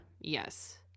yes